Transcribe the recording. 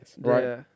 right